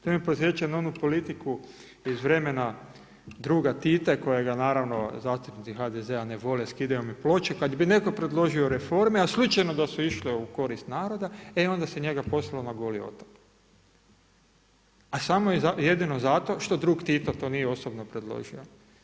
To me podsjeća na onu politiku iz vremena druga Tita kojega naravno zastupnici HDZ-a ne vole, skidaju mu ploče, kada bi netko predložio reforme a slučajno da su išle u korist naroda e onda se njega poslalo na Goli otok a samo i jedino zato što drug Tito to nije osobno predložio.